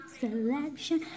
selection